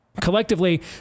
Collectively